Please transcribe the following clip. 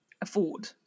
afford